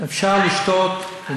אפשר לשתות.